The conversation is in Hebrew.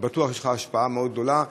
אני בטוח שיש לך השפעה מאוד גדולה.